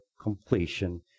completion